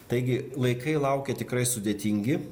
taigi laikai laukia tikrai sudėtingi